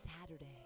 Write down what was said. Saturday